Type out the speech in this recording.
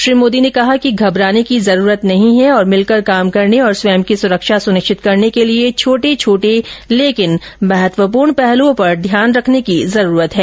श्री मोदी ने कहा कि घबराने की जरूरत नहीं है और मिलकर काम करने और स्वयं की सुरक्षा सुनिश्चित करने के लिए छोट छोटे लेकिन महत्वपूर्ण पहलूओं पर ध्यान देने की जरूरत है